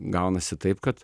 gaunasi taip kad